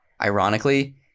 ironically